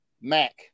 Mac